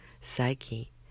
psyche